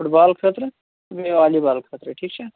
foot بال خٲطرٕ بیٚیہِ volleyball خٲطرٕ ٹھیٖک چھا